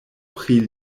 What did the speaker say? pri